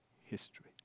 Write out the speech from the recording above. history